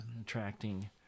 attracting